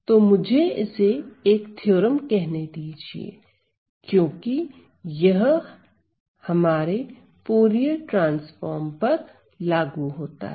तो मुझे इसे एक थ्योरम कहने दीजिए क्योंकि यह हमारे फूरिये ट्रांसफॉर्म पर लागू होता है